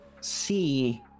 see